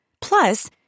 Plus